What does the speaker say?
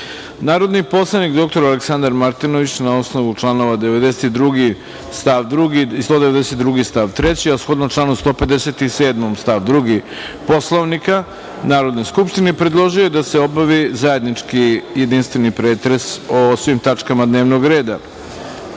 poslanik dr Aleksandar Martinović, na osnovu čl. 92. stav 2, 192. stav 3, a shodno članu 157. stav 2. Poslovnika Narodne skupštine, predložio je da se obavi zajednički jedinstveni pretres o svim tačkama dnevnog